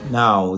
now